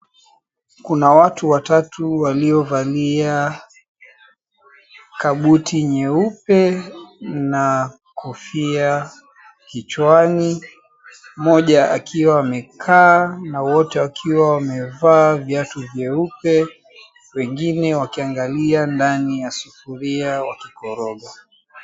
Kuna watu watatu waliovalia kabuti nyeupe na kofia kichwani, mmoja akiwa amekaa na wote wakiwa wamevaa viatu vyeupe, wengine wakiangalia ndani ya sufuria wakikoroga.